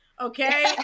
okay